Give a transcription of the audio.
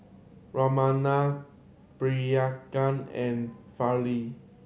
Ramnath Priyanka and Fali